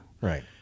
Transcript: Right